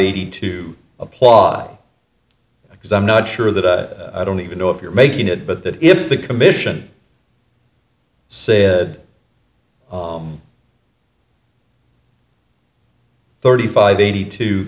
eighty two apply because i'm not sure that i i don't even know if you're making it but that if the commission said thirty five eighty two